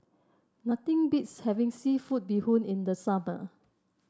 nothing beats having seafood Bee Hoon in the summer